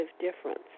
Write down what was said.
difference